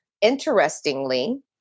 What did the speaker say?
interestingly